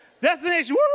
Destination